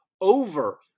over